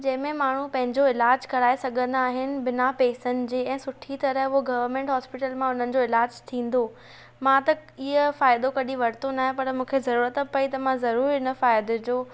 जंहिं में माण्हूं पंहिंजो इलाजु कराए सघंदा आहिनि बिना पैसनि जे ऐं सुठी तरह हो गवर्नमेंट हॉस्पिटल मां हुननि जो इलाज थींदो मां त इएं फ़ाइदो कॾहिं वरतो न आहे पर मूंखे ज़रुरत पई त मां ज़रुर हिन फ़ाइदे जो